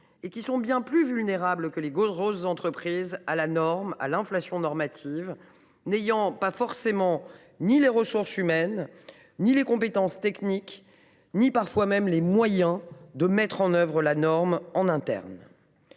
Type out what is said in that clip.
qui sont bien plus vulnérables que les grosses entreprises à la norme et à l’inflation normative, n’ayant pas forcément ni les ressources humaines, ni les compétences techniques, ni parfois les moyens d’appliquer ces normes. Le